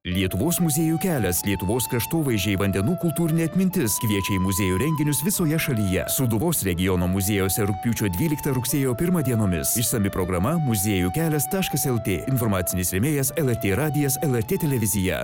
lietuvos muziejų kelias lietuvos kraštovaizdžiai vandenų kultūrinė atmintis kviečia į muziejų renginius visoje šalyje sūduvos regiono muziejuose rugpjūčio dvyliktą rugsėjo pirmą dienomis išsami programa muziejų kelias taškas lt informacinis rėmėjas lrt radijas lrt televizija